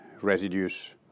residues